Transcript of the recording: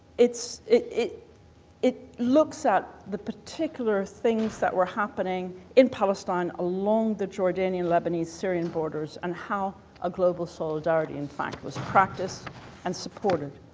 it it it looks at the particular things that were happening in palestine along the jordanian lebanese syrian borders and how a global solidarity in fact was practiced and supported.